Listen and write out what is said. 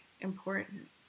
important